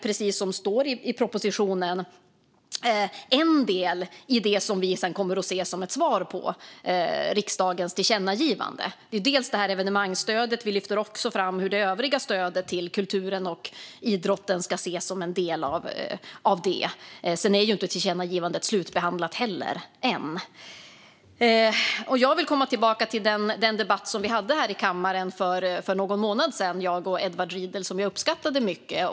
Precis som det står i propositionen är det här en del i det som vi sedan kommer att se som ett svar på riksdagens tillkännagivande. Vi lyfter fram evenemangsstödet och också hur det övriga stödet till kulturen och idrotten ska ses som en del av detta. Sedan är ju inte tillkännagivandet slutbehandlat än. Jag vill komma tillbaka till den debatt som jag och Edward Riedl hade här i kammaren för någon månad sedan, vilken jag uppskattade mycket.